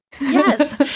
Yes